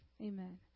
Amen